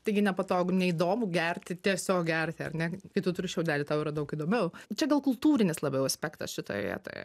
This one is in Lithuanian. taigi nepatogu neįdomu gerti tiesiog gerti ar ne kai tu turi šiaudelį tau yra daug įdomiau čia gal kultūrinis labiau aspektas šitoj vietoje